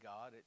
God